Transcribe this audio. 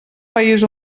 país